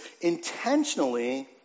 intentionally